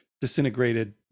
disintegrated